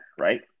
right